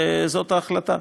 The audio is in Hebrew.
וזאת ההחלטה.